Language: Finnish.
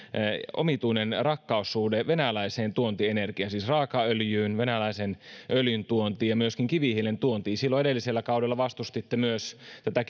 omituinen rakkaussuhde venäläiseen tuontienergiaan siis raakaöljyyn venäläisen öljyn tuontiin ja myöskin kivihiilen tuontiin silloin edellisellä kaudella vastustitte myös tätä